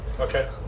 Okay